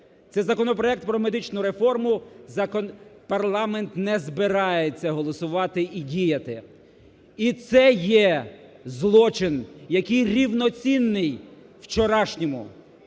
це законопроект про медичну реформу, парламент не збирається голосувати і діяти. І це є злочин, який рівноцінний вчорашньому.